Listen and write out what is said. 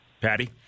Patty